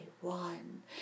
one